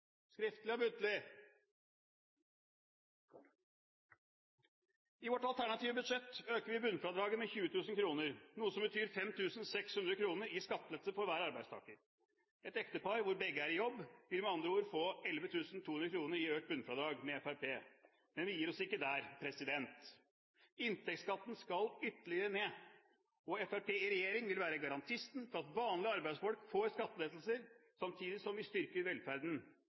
skriftlig og muntlig. I vårt alternative budsjett øker vi bunnfradraget med 20 000 kr, noe som betyr 5 600 kr i skattelette for hver arbeidstaker. Et ektepar hvor begge er i jobb, vil med andre ord få 11 200 kr i økt bunnfradrag med Fremskrittspartiet. Men vi gir oss ikke der. Inntektsskatten skal ytterligere ned, og Fremskrittspartiet i regjering vil være garantisten for at vanlige arbeidsfolk får skattelettelser, samtidig som vi styrker velferden